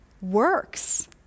works